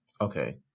okay